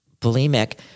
bulimic